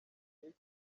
igihe